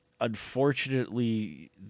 Unfortunately